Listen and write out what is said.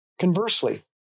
Conversely